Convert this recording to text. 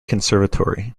conservatory